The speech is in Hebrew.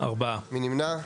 מי נמנע?